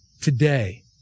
today